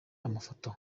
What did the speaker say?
amafoto